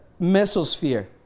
mesosphere